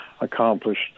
accomplished